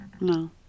no